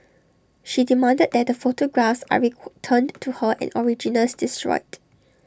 she demanded that the photographs are returned to her and originals destroyed